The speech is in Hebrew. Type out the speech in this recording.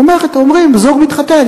אומרים: זוג מתחתן,